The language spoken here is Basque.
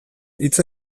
hitz